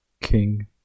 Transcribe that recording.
King